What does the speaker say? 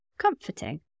comforting